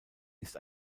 ist